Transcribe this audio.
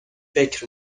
فکر